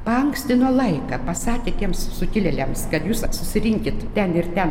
paankstino laiką pasakė tiems sukilėliams kad jūs susirinkit ten ir ten